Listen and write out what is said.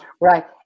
Right